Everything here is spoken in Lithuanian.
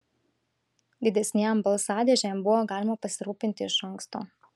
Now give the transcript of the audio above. didesnėm balsadėžėm buvo galima pasirūpinti iš anksto